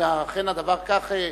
אם אכן הדבר כך,